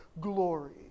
glory